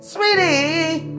Sweetie